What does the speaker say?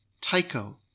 Tycho